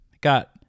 Got